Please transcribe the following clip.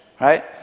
right